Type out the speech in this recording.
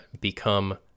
become